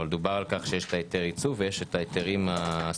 אבל דובר על כך שיש לך היתר ייצוא ויש את ההיתרים הספציפיים.